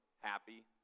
happy